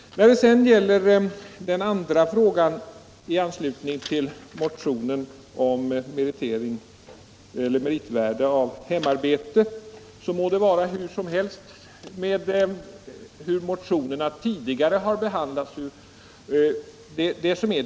Beträffande den andra frågan, som tas upp i motionen om meritvärde vid hemarbete, må det vara hur som helst med den tidigare behandlingen av motionerna.